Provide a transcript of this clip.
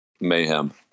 Mayhem